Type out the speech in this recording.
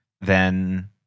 then-